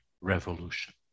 revolution